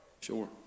Sure